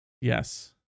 Yes